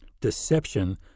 deception